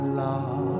love